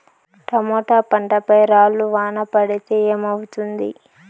Tomato పంట పై రాళ్లు వాన పడితే ఏమవుతుంది?